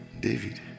David